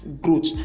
growth